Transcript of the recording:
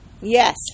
Yes